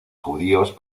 judíos